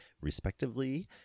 respectively